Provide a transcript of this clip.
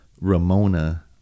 Ramona